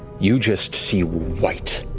you just see white.